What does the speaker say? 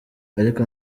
ariko